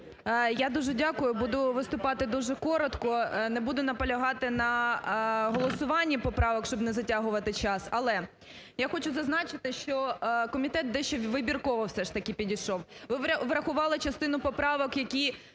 Я дуже дякую. Буду виступати дуже коротко не буду наполягати на голосуванні поправок, щоб не затягувати час. Але, я хочу зазначити, що комітет дещо вибірково все ж таки підійшов. Ви врахували частину поправок, які